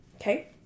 Okay